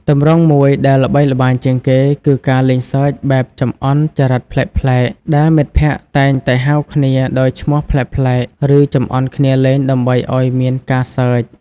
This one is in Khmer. ទម្រង់មួយដែលល្បីល្បាញជាងគេគឺការលេងសើចបែបចំអន់ចរិតប្លែកៗ ដែលមិត្តភក្តិតែងតែហៅគ្នាដោយឈ្មោះប្លែកៗឬចំអន់គ្នាលេងដើម្បីឱ្យមានការសើច។